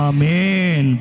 Amen